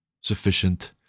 sufficient